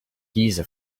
giza